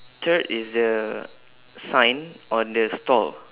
third is the sign on the stall